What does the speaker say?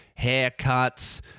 haircuts